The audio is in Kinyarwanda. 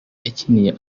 yakiniye